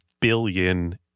billion